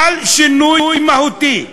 חל שינוי מהותי: